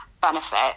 benefit